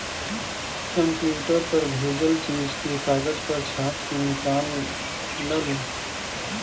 computer पर भेजल चीज के कागज पर छाप के निकाल ल